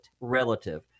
relative